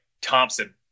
Thompson